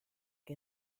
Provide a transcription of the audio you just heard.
que